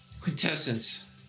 Quintessence